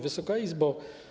Wysoka Izbo!